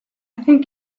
think